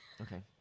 Okay